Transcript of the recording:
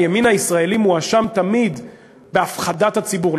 הימין הישראלי מואשם תמיד בהפחדת הציבור,